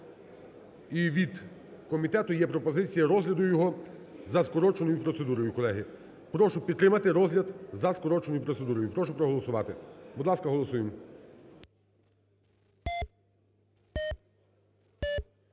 І від комітету є пропозиція розгляду його за скороченою процедурою, колеги. Прошу підтримати розгляд за скороченою процедурою. Прошу проголосувати, будь ласка, голосуємо.